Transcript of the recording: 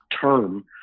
term